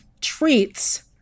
Treats